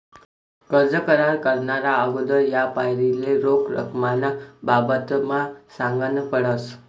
कर्ज करार कराना आगोदर यापारीले रोख रकमना बाबतमा सांगनं पडस